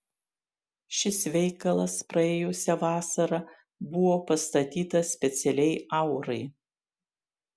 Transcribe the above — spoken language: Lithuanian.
šis veikalas praėjusią vasarą buvo pastatytas specialiai aurai